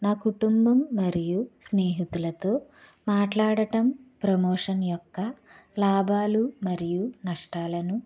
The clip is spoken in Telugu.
నా కుటుంబం మరియు స్నేహితులతో మాట్లాడటం ప్రమోషన్ యొక్క లాభాలు మరియు నష్టాలను